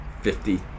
fifty